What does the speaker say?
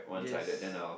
yes